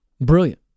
Brilliant